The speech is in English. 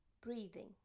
breathing